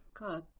God